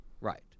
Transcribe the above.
Right